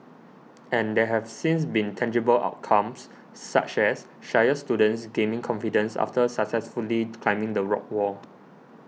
and there have since been tangible outcomes such as shyer students gaining confidence after successfully climbing the rock wall